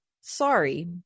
sorry